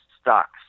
stocks